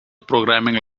programming